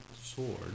Sword